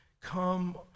come